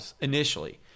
initially